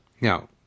Now